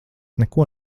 neko